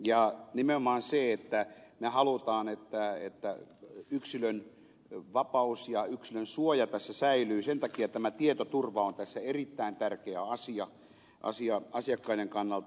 ja nimenomaan kun me haluamme että yksilön vapaus ja yksilön suoja tässä säilyy niin sen takia tämä tietoturva on tässä erittäin tärkeä asia asiakkaiden kannalta